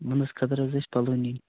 ونٛدس خٲطرٕ حظ ٲسۍ پَلو نِنۍ